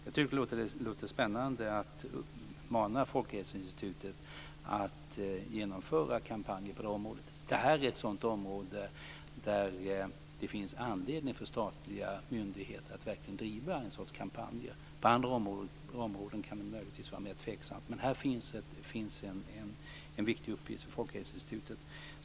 Jag tycker att det låter spännande att mana Folkhälsoinstitutet att genomföra kampanjer på det här området. Det här är ett område där det finns anledning för statliga myndigheter att verkligen driva en sorts kampanjer. På andra områden kan det möjligtvis vara mer tveksamt, men här finns en viktig uppgift för Folkhälsoinstitutet.